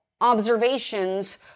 observations